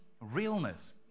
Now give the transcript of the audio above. realness